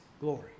glory